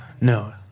No